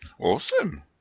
Awesome